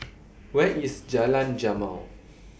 Where IS Jalan Jamal